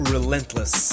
Relentless